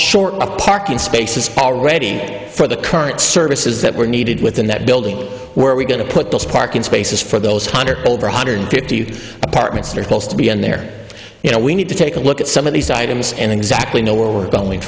short of parking spaces already for the current services that were needed within that building were we going to put those parking spaces for those hundred over one hundred fifty apartments or close to be in there you know we need to take a look at some of these items and exactly know where we're going